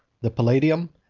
the palladium,